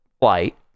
flight